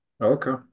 Okay